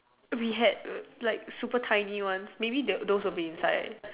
we had like super tiny ones maybe those would be inside